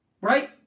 Right